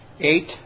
Eight